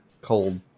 cold